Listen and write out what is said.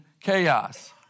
chaos